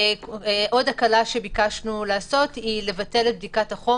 עוד הקלה שביקשנו לעשות היא לבטל את בדיקת החום